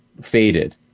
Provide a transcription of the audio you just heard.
faded